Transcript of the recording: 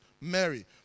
Mary